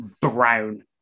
brown